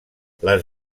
les